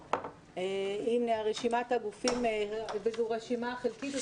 הנה רשימת הגופים, וזו רשימה חלקית.